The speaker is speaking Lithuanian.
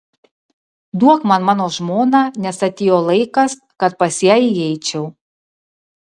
duok man mano žmoną nes atėjo laikas kad pas ją įeičiau